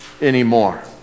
anymore